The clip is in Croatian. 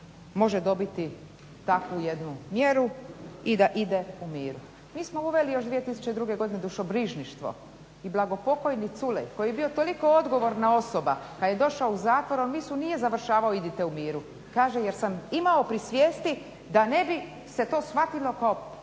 može dobiti takvu jednu mjeru i da ide u miru. Mi smo uveli još 2002. godine dušobrižništvo i …/Govornica se ne razumije./… koji je bio toliko odgovorna osoba kad je došao u zatvor on misu nije završavao idite u miru, kaže jer sam imao pri svijesti da ne bi se to shvatilo